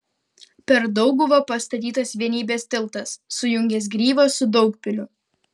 per dauguvą pastatytas vienybės tiltas sujungęs gryvą su daugpiliu